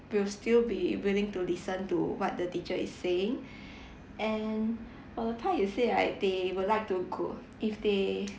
will still be willing to listen to what the teaching is saying and for the part you said right they will like to go if they